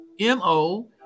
mo